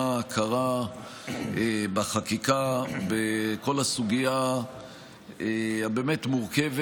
הכרה בחקיקה בכל הסוגיה הבאמת-מורכבת,